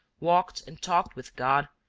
walked and talked with god,